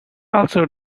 also